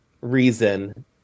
reason